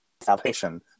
salvation